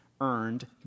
earned